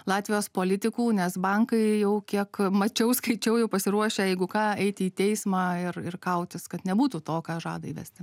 latvijos politikų nes bankai jau kiek mačiau skaičiau jau pasiruošę jeigu ką eit į teismą ir ir kautis kad nebūtų to ką žada įvesti